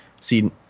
see